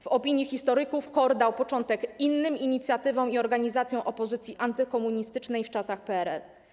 W opinii historyków KOR dał początek innym inicjatywom i organizacjom opozycji antykomunistycznej w czasach PRL.